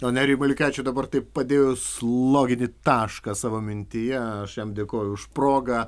o nerijui maliukevičiui dabar taip padėjus loginį tašką savo mintyje aš jam dėkoju už progą